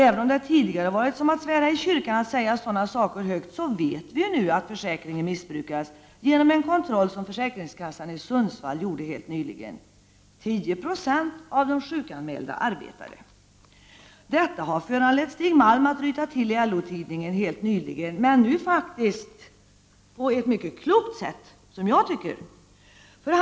Även om det tidigare har varit som att svära i kyrkan att säga sådana saker högt, vet vi nu, efter en kontroll som försäkringskassan i Sundsvall gjorde helt nyligen att försäkringen missbrukas, 10 70 av de sjukanmälda arbetade! Detta har föranlett Stig Malm att ryta till i LO-tidningen helt nyligen. Denna gång faktiskt på ett, enligt min uppfattning, mycket klokt sätt.